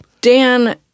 Dan